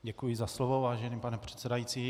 Děkuji za slovo, vážený pane předsedající.